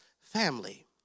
family